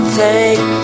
take